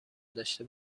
داشته